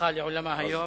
הלכה היום לעולמה.